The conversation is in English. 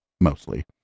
mostly